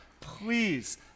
please